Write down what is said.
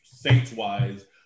Saints-wise